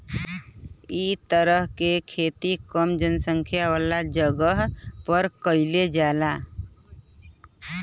इ तरह के खेती कम जनसंख्या वाला जगह पर करल जाला